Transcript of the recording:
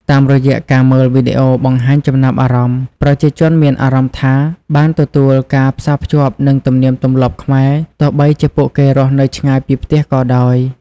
តាមរយៈការមើលវីដេអូបង្ហាញចំណាប់អារម្មណ៍ ប្រជាជនមានអារម្មណ៍ថាបានទទួលការផ្សាភ្ជាប់នឹងទំនៀមទម្លាប់ខ្មែរ ទោះបីជាពួកគេរស់នៅឆ្ងាយពីផ្ទះក៏ដោយ។